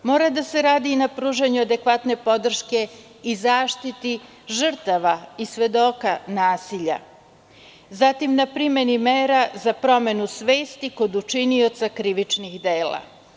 Mora da se radi i na pružanju adekvatne podrške i zaštiti žrtava i svedoka nasilja, zatim na primeni mera za promenu svesti kod učinioca krivičnih dela.